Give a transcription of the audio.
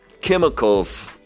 chemicals